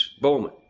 Bowman